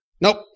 Nope